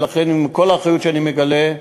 ולכן כל האחריות שאני מגלה,